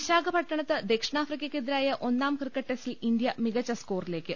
വിശാഖപട്ടണത്ത് ദക്ഷിണാഫ്രിക്കയ് ക്കെതിരായ ഒന്നാം ക്രിക്കറ്റ് ടെസ്റ്റിൽ ഇന്ത്യ മികച്ച സ്കോറിലേക്ക്